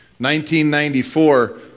1994